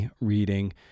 reading